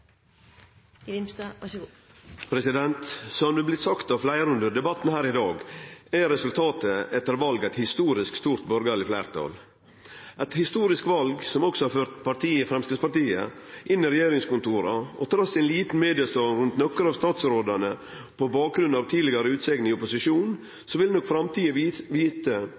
til konkretiseringen. Så velger jeg å være optimist. Jeg ser med stor forventning fram til den nye regjeringens budsjettforslag. Arbeiderpartiet skal være utålmodig på vegne av landets studenter – det fortjener de. Som det er blitt sagt av fleire under debatten her i dag, er resultatet etter valet eit historisk stort borgarleg fleirtal eit historisk val som også har ført Framstegspartiet inn i regjeringskontora, og trass i ein liten